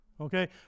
okay